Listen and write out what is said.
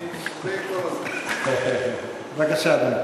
בבקשה, אדוני.